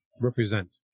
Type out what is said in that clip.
represent